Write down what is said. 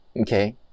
Okay